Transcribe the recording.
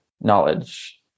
Knowledge